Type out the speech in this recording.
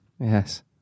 Yes